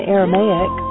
Aramaic